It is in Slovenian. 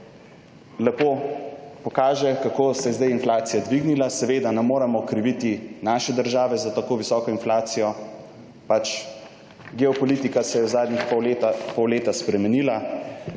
lepo pokaže, kako se je zdaj inflacija dvignila. Seveda ne moremo kriviti naše države za tako visoko inflacijo, pač geopolitika se je v zadnjih pol leta spremenila,